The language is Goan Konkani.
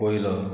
पयलो